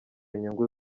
inyungu